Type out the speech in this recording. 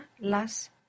las